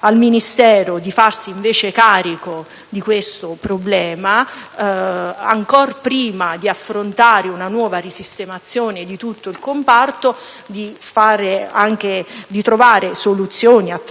al Ministero di farsi carico di questo problema ancor prima di affrontare una nuova sistemazione di tutto il comparto e di trovare soluzioni attraverso